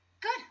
good